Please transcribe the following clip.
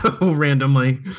randomly